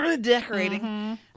decorating